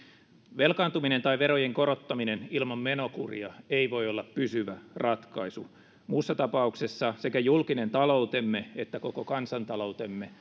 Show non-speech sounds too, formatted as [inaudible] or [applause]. velkaantuminen tai verojen korottaminen ilman menokuria ei voi olla pysyvä ratkaisu muussa tapauksessa sekä julkinen taloutemme että koko kansantaloutemme [unintelligible]